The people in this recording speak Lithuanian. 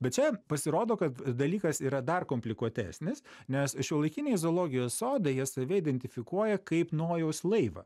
bet čia pasirodo kad dalykas yra dar komplikuotesnis nes šiuolaikiniai zoologijos sodai jie save identifikuoja kaip nojaus laivą